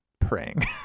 praying